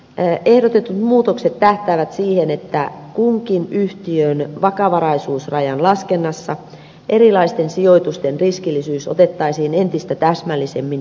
ehdotetut muutokset tähtäävät siihen että kunkin yhtiön vakavaraisuusrajan laskennassa erilaisten sijoitusten riskillisyys otettaisiin entistä täsmällisemmin huomioon